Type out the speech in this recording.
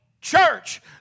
church